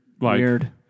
weird